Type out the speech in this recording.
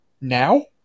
now